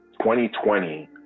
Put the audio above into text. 2020